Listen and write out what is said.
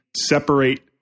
separate